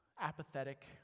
Apathetic